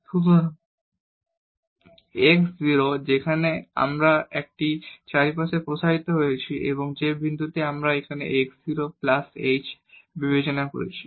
সুতরাং x 0 যেখানে আমরা এটিকে চারপাশে প্রসারিত করেছি এবং যে বিন্দুটি আমরা এখানে x 0 প্লাস h বিবেচনা করছি